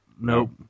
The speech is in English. Nope